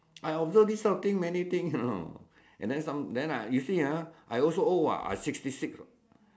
I observe this kind of thing many things you know and then some then I you see ah I also old [what] I sixty six [what]